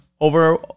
over